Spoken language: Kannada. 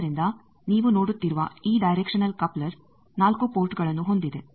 ಆದ್ದರಿಂದ ನೀವು ನೋಡುತ್ತಿರುವ ಈ ಡೈರೆಕ್ಷನಲ್ ಕಪ್ಲರ್4 ಪೋರ್ಟ್ ಗಳನ್ನು ಹೊಂದಿದೆ